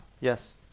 yes